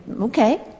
okay